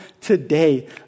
today